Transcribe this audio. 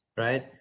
right